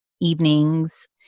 evenings